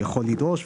יכול לדרוש.